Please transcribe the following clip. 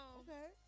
okay